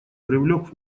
привлек